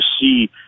see